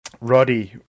Roddy